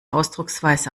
ausdrucksweise